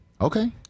Okay